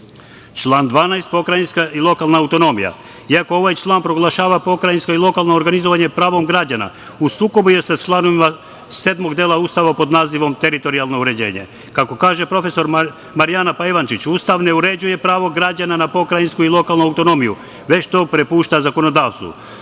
12. pokrajinska i lokalna autonomija. Iako ovaj član proglašava pokrajinsko i lokalno organizovanje pravom građana, u sukobu je sa članovima sedmog dela Ustava pod nazivom „Teritorijalno uređenje“. Kako kaže, prof. Marijana Pajvančić, Ustav ne uređuje pravo građana na pokrajinsku i lokalnu autonomiju, već to prepušta zakonodavstvu. Isto